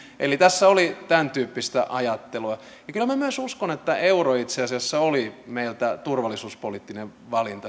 eli tässä oli tämäntyyppistä ajattelua kyllä minä myös uskon että euro itse asiassa oli meiltä turvallisuuspoliittinen valinta